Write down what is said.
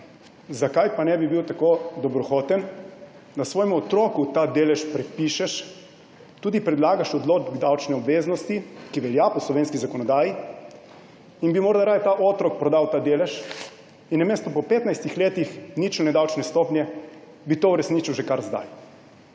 Zakaj pa ne bi bil tako dobrohoten in svojem otroku ta delež prepišeš in predlagaš tudi odlog davčne obveznosti, ki velja po slovenski zakonodaji. Morda pa bi ta otrok raje prodal ta delež in bi namesto po 15 letih ničelne davčne stopnje to uresničil že kar zdaj.